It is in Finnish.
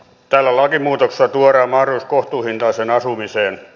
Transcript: tällä lakimuutoksella tuodaan mahdollisuus kohtuuhintaiseen asumiseen